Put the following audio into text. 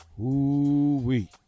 Ooh-wee